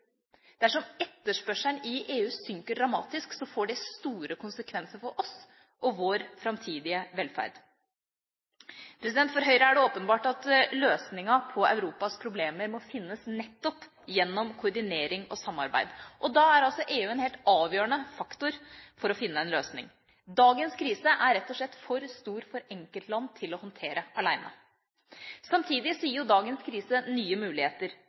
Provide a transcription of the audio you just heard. Dersom etterspørselen i EU synker dramatisk, får det store konsekvenser for oss og vår framtidige velferd. For Høyre er det åpenbart at løsninga på Europas problemer må finnes nettopp gjennom koordinering og samarbeid. Da er altså EU en helt avgjørende faktor for å finne en løsning. Dagens krise er rett og slett for stor å håndtere for enkeltland alene. Samtidig gir dagens krise nye muligheter.